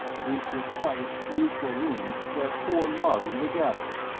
and into a quiet, neutral room where four lhari were gathered.